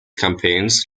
campaigns